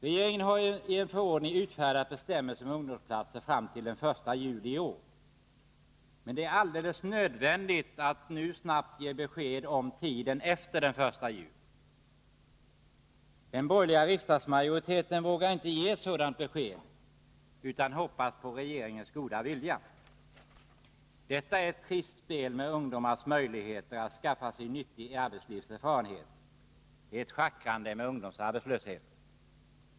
Regeringen har i en förordning utfärdat bestämmelser om ungdomsplatser fram till den 1 juli i år. Det är alldeles nödvändigt att nu ge besked beträffande tiden efter den 1 juli. Den borgerliga riksdagsmajoriteten vågar inte ge ett sådant besked, utan hoppas på regeringens goda vilja. Detta är ett trist spel med ungdomars möjlighet att skaffa sig nyttig arbetslivserfarenhet, ett schackrande med ungdomsarbetslösheten.